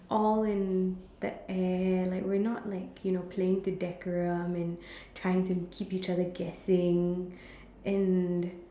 all in the air like we're not like you know playing with the decorum and trying to keep each other guessing and